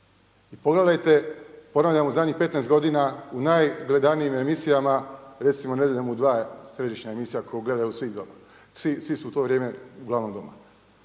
i pogledajte, ponavljam u zadnjih 15 godina u najgledanijim emisijama, recimo „Nedjeljom u 2“ je središnja emisija koju gledaju svi doma. Svi su u to vrijeme uglavnom doma.